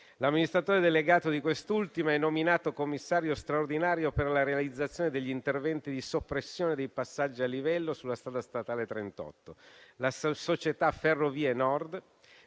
L'amministratore delegato di quest'ultima è nominato commissario straordinario per la realizzazione degli interventi di soppressione dei passaggi a livello sulla strada statale SS 38. La società Ferrovie Nord